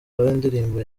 indirimbo